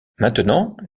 maintenant